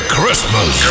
Christmas